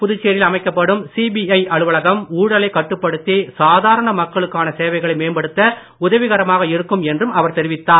புதுச்சேரியில் அமைக்கப்படும் சிபிஜ அலுவலகம் ஊழலை கட்டுப்படுத்தி சாதாரண மக்களுக்கான சேவைகளை மேம்படுத்த உதவிகரமாக இருக்கும் என்றும் அவர் தெரிவித்தார்